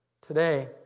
today